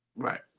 Right